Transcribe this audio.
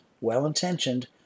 well-intentioned